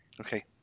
Okay